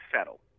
settle